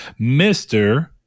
Mr